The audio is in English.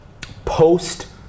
post